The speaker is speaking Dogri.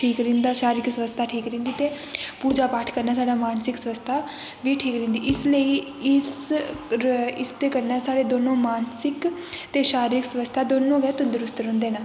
ठीक रैंह्दा शारीरक स्वस्था ठीक रैंह्दी ते पूजा पाठ करना चाहिदा ते मानसिक स्वास्थ्य बी ठीक रौंह्दी इस लेई इसदे कन्नै साढ़े दोनो मानसिक ते शारीरक स्वस्था दोनों गै ठीक रैंह्दे न